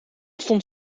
stond